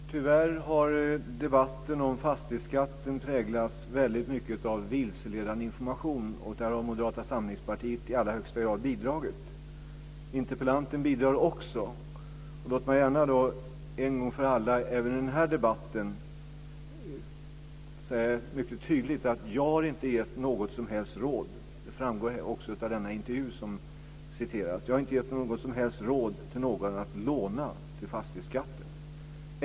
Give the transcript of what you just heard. Fru talman! Tyvärr har debatten om fastighetsskatten väldigt mycket präglats av vilseledande information, och till det har Moderata samlingspartiet bidragit i allra högsta grad. Också interpellanten bidrar till detta. Låt mig en gång för alla även i den här debatten mycket tydligt säga att jag inte har gett något som helst råd - det framgår också av den intervju som åberopats - till någon att låna till fastighetsskatten.